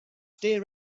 stay